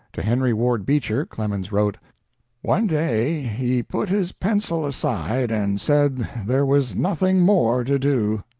to henry ward beecher clemens wrote one day he put his pencil aside and said there was nothing more to do.